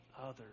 others